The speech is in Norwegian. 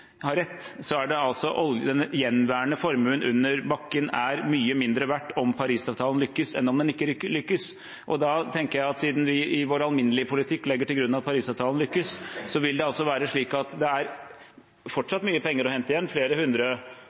har rett, er den gjenværende formuen under bakken mye mindre verdt om Parisavtalen lykkes enn om den ikke lykkes. Siden vi i vår alminnelige politikk legger til grunn at Parisavtalen lykkes, vil det fortsatt være mye penger å hente – flere